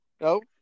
No